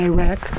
Iraq